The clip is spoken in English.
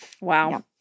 wow